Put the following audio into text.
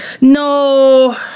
No